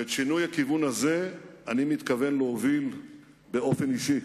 ואת שינוי הכיוון הזה אני מתכוון להוביל באופן אישי.